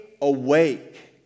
awake